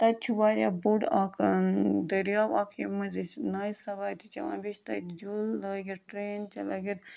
تَتہِ چھُ واریاہ بوٚڈ اَکھ دٔریاو اَکھ ییٚمہِ مٔنٛزۍ أسۍ نایہِ سَوارِ چھِ چٮ۪وان بیٚیہِ چھِ تَتہِ جوٗلہٕ لٲگِتھ ٹرٛین چھےٚ لٲگِتھ